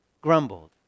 grumbled